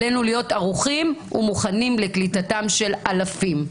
עלינו להיות ערוכים ומוכנים לקליטתם של אלפים.